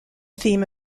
theme